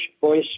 Voice